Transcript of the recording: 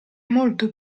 molto